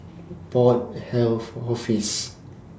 Port Health Office